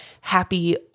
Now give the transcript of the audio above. happy